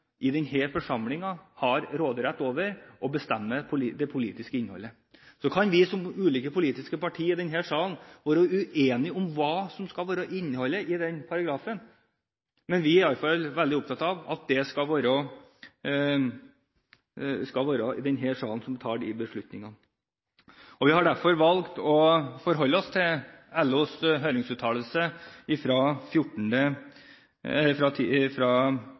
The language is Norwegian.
har råderett over og bestemmer det politiske innholdet i. Så kan vi som ulike politiske partier i denne salen være uenige om hva som skal være innholdet i den paragrafen, men vi er i alle fall veldig opptatt av at det skal være vi i denne salen som tar disse beslutningene. Vi har derfor valgt å forholde oss til LOs høringsuttalelse fra